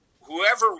whoever